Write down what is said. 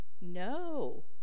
No